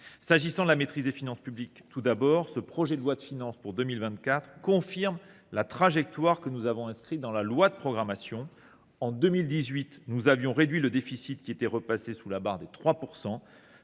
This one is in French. qui concerne la maîtrise des finances publiques, tout d’abord, le projet de loi de finances pour 2024 confirme la trajectoire que nous avons inscrite dans le projet de loi de programmation. En 2018, nous avions réduit le déficit public, qui était repassé sous la barre des 3 %.